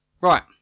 Right